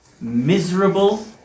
miserable